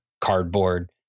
cardboard